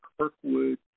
Kirkwood